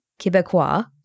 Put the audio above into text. Québécois